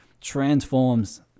transforms